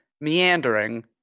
meandering